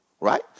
right